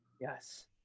Yes